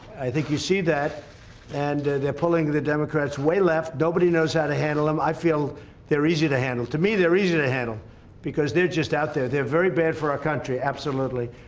i think you see that and they're pulling the democrats way left. nobody knows how to handle them. i feel they're easy to handle to me they're easy to handle because they're just out there. they're very bad for our country absolutely